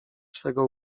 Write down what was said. swego